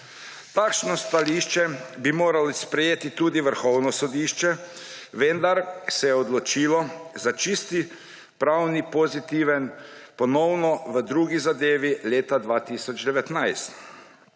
Takšno stališče bi moralo sprejeti tudi Vrhovno sodišče, vendar se je odločilo za čisti pravni pozitiven ponovno v drugi zadevi leta 2019.